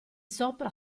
sopra